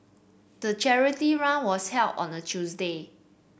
the charity run was held on a Tuesday